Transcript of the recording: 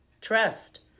Trust